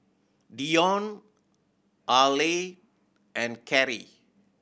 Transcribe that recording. Dion Arleth and Kerrie